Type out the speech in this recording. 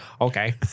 Okay